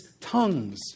tongues